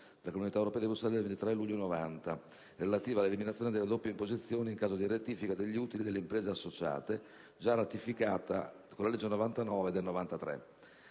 Grazie